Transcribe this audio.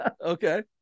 Okay